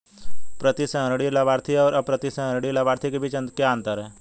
प्रतिसंहरणीय लाभार्थी और अप्रतिसंहरणीय लाभार्थी के बीच क्या अंतर है?